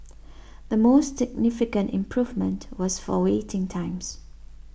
the most significant improvement was for waiting times